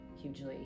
hugely